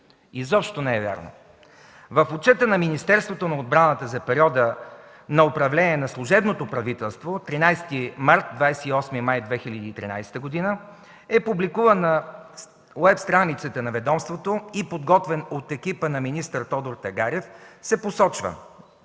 изобщо не е вярно! В отчета на Министерството на отбраната за периода на управление на служебното правителство (13 март – 28 май 2013 г.) е публикувана уеб страницата на ведомството и подготвена от екипа на министър Тодор Тагарев, се посочва,